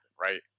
right